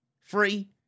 free